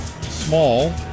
Small